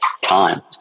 time